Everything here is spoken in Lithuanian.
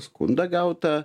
skundą gautą